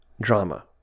drama